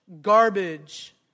Garbage